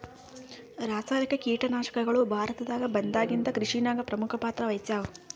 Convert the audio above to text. ರಾಸಾಯನಿಕ ಕೀಟನಾಶಕಗಳು ಭಾರತದಾಗ ಬಂದಾಗಿಂದ ಕೃಷಿನಾಗ ಪ್ರಮುಖ ಪಾತ್ರ ವಹಿಸ್ಯಾವ